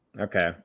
okay